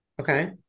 Okay